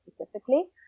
specifically